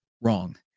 wrong